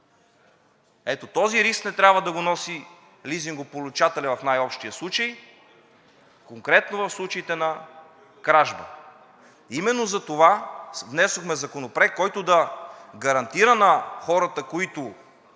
Ето този риск не трябва да го носи лизингополучателят в най-общия случай, конкретно в случаите на кражба. Именно затова внесохме Законопроект, който да гарантира на хората, които